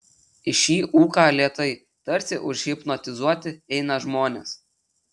į šį ūką lėtai tarsi užhipnotizuoti eina žmonės